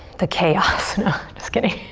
the chaos. no, just kidding.